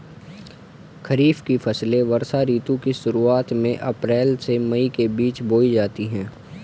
खरीफ की फसलें वर्षा ऋतु की शुरुआत में अप्रैल से मई के बीच बोई जाती हैं